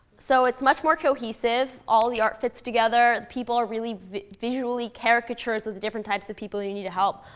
so it's much more cohesive. all the art fits together. the people are really visually caricatures of the different types of people you need to help.